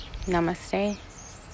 Namaste